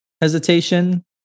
hesitation